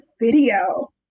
video